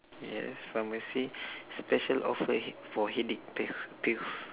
yes pharmacy special offer for headache pail pills